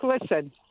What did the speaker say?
listen